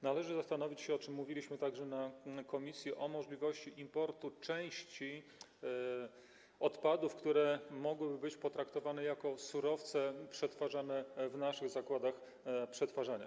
Należy zastanowić się, o czym mówiliśmy także na posiedzeniu komisji, nad możliwością importu części odpadów, które mogłyby być potraktowane jako surowce przetwarzane w naszych zakładach przetwarzania.